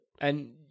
And-